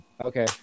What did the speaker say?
Okay